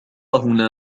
هنا